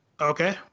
Okay